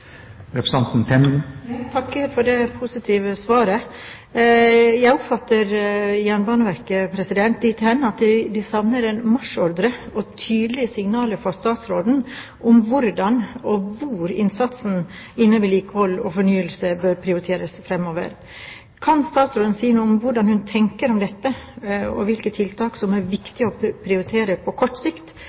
takker for det positive svaret. Jeg oppfatter Jernbaneverket dit hen at de savner en marsjordre og tydelige signaler fra statsråden om hvordan og hvor innsatsen innen vedlikehold og fornyelse bør prioriteres fremover. Kan statsråden si noe om hva hun tenker om dette, og hvilke tiltak som er viktige å prioritere på kort sikt